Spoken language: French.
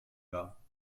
bas